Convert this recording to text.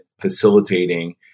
facilitating